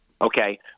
okay